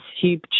huge